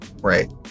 Right